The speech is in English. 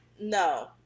no